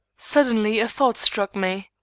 suddenly a thought struck me.